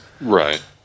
Right